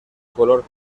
color